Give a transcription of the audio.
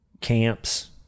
camps